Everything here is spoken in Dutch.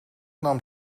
nam